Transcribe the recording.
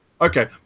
Okay